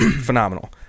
Phenomenal